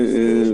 (הוראת שעה)(הגבלת השהייה במרחב הציבורי והגבלת פעילות),